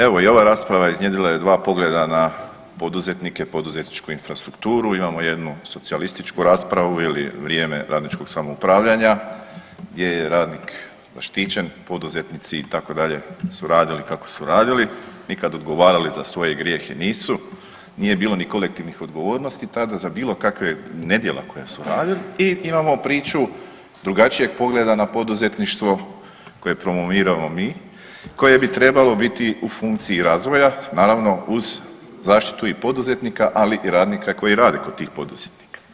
Evo i ova rasprava iznjedrila je 2 pogleda na poduzetnike, poduzetničku infrastrukturu, imamo jednu socijalističku raspravu jer je vrijeme radničkog samoupravljanja gdje je radnik zaštićen, poduzetnici, itd. su radili kako su radili, nikad odgovarali za svoje grijehe nisu, nije bilo ni kolektivnih odgovornosti tada, za bilo kakve nedjela koja su radili i imamo priču drugačijeg pogleda na poduzetništvo koje promoviramo mi, koje bi trebalo biti u funkciji razvoja, naravno, uz zaštitu i poduzetnika, ali i radnika koji rade kod tih poduzetnika.